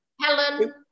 Helen